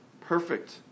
perfect